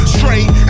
Straight